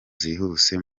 zihuse